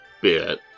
bit